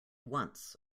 once